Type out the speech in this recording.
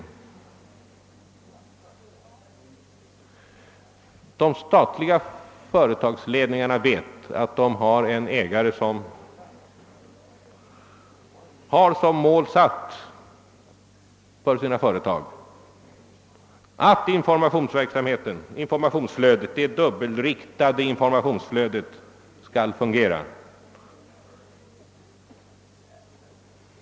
De statliga företagsledningarna vet att ägaren till deras företag som mål för dessa satt upp att det dubbelriktade informationsflödet skall fungera.